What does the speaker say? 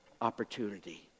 opportunity